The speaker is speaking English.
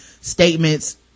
statements